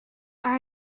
are